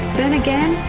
then again,